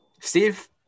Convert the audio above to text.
Steve